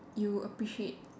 you appreciate